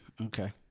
Okay